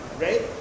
right